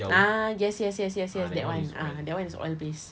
ah yes yes yes yes yes that [one] ah that [one] is oil-based